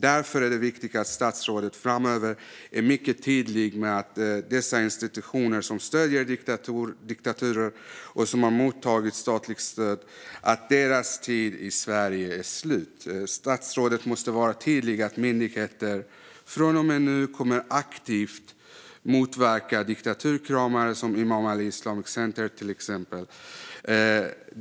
Därför är det viktigt att statsrådet framöver är mycket tydlig mot de institutioner som stöder diktaturer och som har mottagit statligt stöd med att deras tid Sverige är slut. Statsrådet måste vara tydlig med att myndigheter från och med nu aktivt kommer att motverka diktaturkramare som Imam Ali Islamic Center.